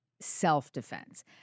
self-defense